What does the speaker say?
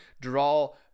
draw